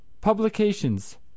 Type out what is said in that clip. Publications